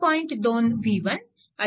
2 v1 0